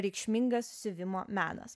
reikšmingas siuvimo menas